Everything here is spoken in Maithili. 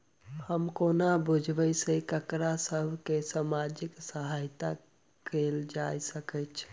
हम कोना बुझबै सँ ककरा सभ केँ सामाजिक सहायता कैल जा सकैत छै?